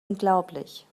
unglaublich